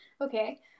Okay